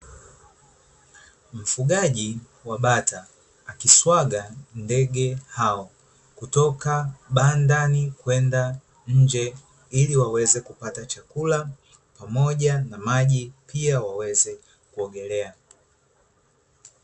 Mfugaji wa bata akiswaga ndege hao kutoka ndani kwenda nje ili waweze kupata chakula pamoja na maji pia waweze kuogelea.